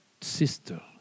sister